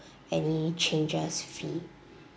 any changes fee